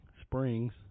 Springs